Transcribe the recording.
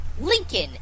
Lincoln